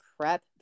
prep